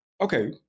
okay